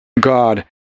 God